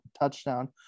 touchdown